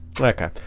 Okay